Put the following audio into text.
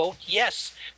yes